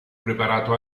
preparato